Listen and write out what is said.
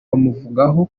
bamuvugaho